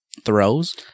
throws